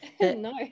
No